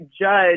judge